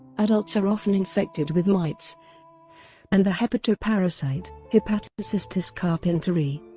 adults are often infected with mites and the hepatoparasite, hepatocystis carpenteri.